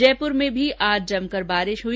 जयपुर में आज भी जमकर बारिष हुई